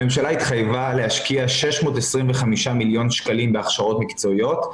הממשלה התחייבה להשקיע 625 מיליון שקלים בהכשרות מקצועיות,